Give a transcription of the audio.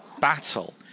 battle